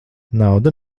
nauda